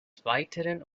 weiteren